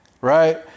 right